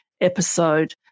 episode